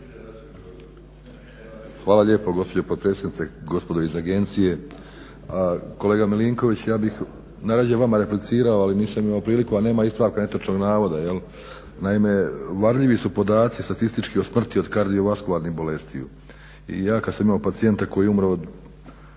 Hvala lijepo gospođo potpredsjednice. Gospodo iz agencije. A kolega Milinković ja bih najradije vama replicirao ali nisam imao priliku a nema ispravka netočnog navoda. Naime, varljivi su podaci statistički o smrti od kardiovaskularnih bolesti. I ja kada sam imao pacijenta koji je umro od